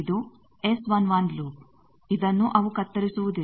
ಇದು S11 loop ಇದನ್ನು ಅವು ಕತ್ತರಿಸುವುದಿಲ್ಲ